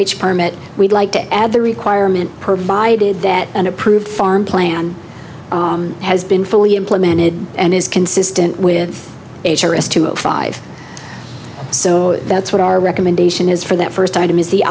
terry permit we'd like to add the requirement provided that an approved farm plan has been fully implemented and is consistent with five so that's what our recommendation is for that first item is the